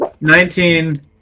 Nineteen